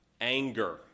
anger